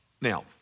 Now